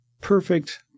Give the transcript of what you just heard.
perfect